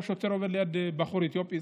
או כל שוטר שעובר ליד בחור אתיופי,